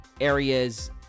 areas